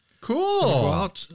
Cool